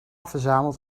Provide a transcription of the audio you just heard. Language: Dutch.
verzamelt